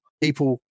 people